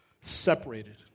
Separated